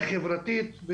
וחברתית.